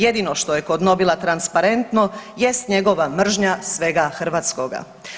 Jedino što je kod Nobila transparentno jest njegova mržnja svega hrvatskoga.